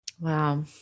Wow